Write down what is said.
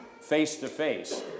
face-to-face